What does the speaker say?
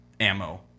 ammo